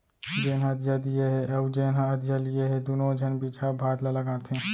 जेन ह अधिया दिये हे अउ जेन ह अधिया लिये हे दुनों झन बिजहा भात ल लगाथें